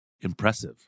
impressive